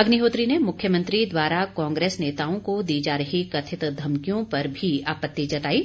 अग्निहोत्री ने मुख्यमंत्री द्वारा कांग्रेस नेताओं को दी जा रही कथित धमकियों पर भी आपत्ति जताई